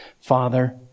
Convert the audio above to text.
Father